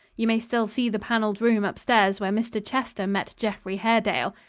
you may still see the panelled room upstairs where mr. chester met geoffry haredale.